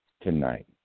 tonight